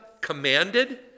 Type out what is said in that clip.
commanded